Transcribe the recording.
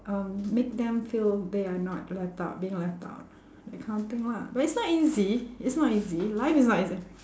um make them feel they are not left out being left out that kind of thing lah but it's not easy it's not easy life is not eas~